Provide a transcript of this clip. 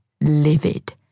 livid